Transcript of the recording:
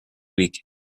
week